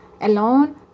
alone